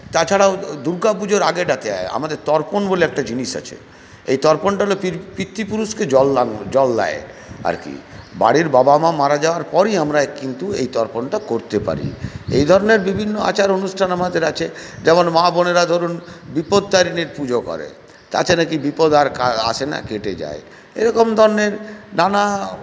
তাছাড়াও দুর্গাপুজোর আগেটাতে আমাদের তর্পণ বলে একটা জিনিস আছে এই তর্পণটা হল পিতৃপুরুষকে জলদান জল দেয় আর কি বাড়ির বাবা মা মারা যাওয়ার পরই আমরা কিন্তু এই তর্পণটা করতে পারি এই ধরনের বিভিন্ন আচার অনুষ্ঠান আমাদের আছে যেমন মা বোনেরা ধরুন বিপত্তারিনীর পুজো করে তাতে নাকি বিপদ আর আসে না কেটে যায় এরকম ধরনের নানা